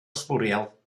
sbwriel